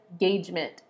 engagement